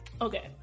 Okay